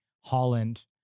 Holland